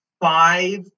five